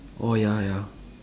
orh ya ya